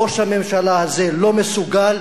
ראש הממשלה הזה לא מסוגל,